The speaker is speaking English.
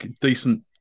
decent